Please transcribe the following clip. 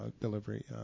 delivery